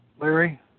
Larry